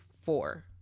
four